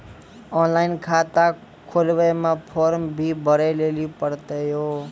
Online खाता खोलवे मे फोर्म भी भरे लेली पड़त यो?